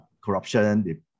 corruption